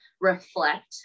reflect